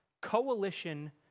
coalition